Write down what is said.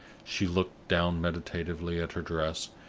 she looked down meditatively at her dress,